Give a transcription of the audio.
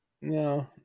no